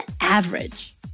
average